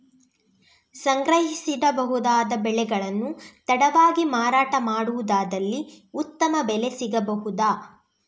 ಸಂಗ್ರಹಿಸಿಡಬಹುದಾದ ಬೆಳೆಗಳನ್ನು ತಡವಾಗಿ ಮಾರಾಟ ಮಾಡುವುದಾದಲ್ಲಿ ಉತ್ತಮ ಬೆಲೆ ಸಿಗಬಹುದಾ?